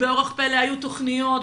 באורח פלא היו תוכניות,